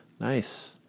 Nice